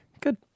Good